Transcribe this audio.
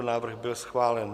Návrh byl schválen.